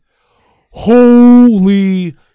holy